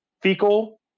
fecal